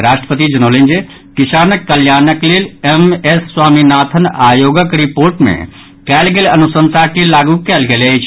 राष्ट्रपति जनौलनि जे किसानक कल्याणक लेल एम एस स्वामीनाथन आयोगक रिपोर्ट मे कयल गेल अनुशंसा के लागू कयल गेल अछि